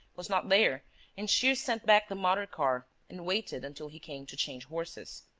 was not there and shears sent back the motor-car and waited until he came to change horses.